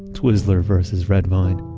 twizzlers vs. red vine.